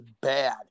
bad